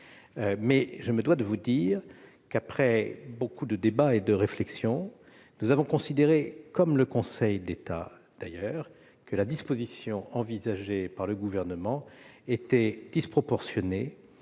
suivie à cet égard. Après beaucoup de débats et de réflexion, nous avons considéré, comme le Conseil d'État d'ailleurs, que la disposition envisagée par le Gouvernement était disproportionnée,